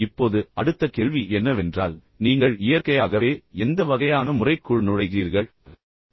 இப்போது அடுத்த கேள்வி என்னவென்றால் நீங்கள் இயற்கையாகவே எந்த வகையான முறைக்குள் நுழைகிறீர்கள் என்ன